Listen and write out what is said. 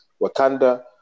Wakanda